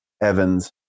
Evans